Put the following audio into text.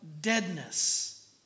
deadness